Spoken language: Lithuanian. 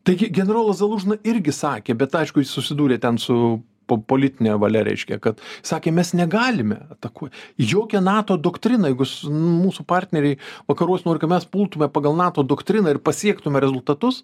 taigi generolas zalužny irgi sakė bet aišku jis susidūrė ten su po politine valia reiškia kad sakė mes negalime atakuot jokia nato doktrina jeigu mūsų partneriai vakaruos nori ka mes pultume pagal nato doktriną ir pasiektume rezultatus